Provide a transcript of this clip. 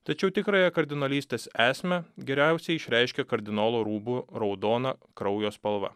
tačiau tikrąją kardinolystės esmę geriausiai išreiškia kardinolo rūbų raudona kraujo spalva